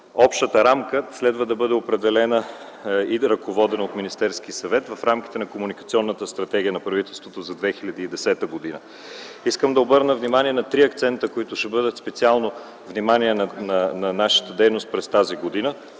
общата рамка следва да бъде определена и ръководена от Министерския съвет в рамките на Комуникационната стратегия на правителството за 2010 г. Ще обърна внимание на три акцента, които ще бъдат на специално внимание на нашата дейност през тази година.